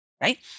right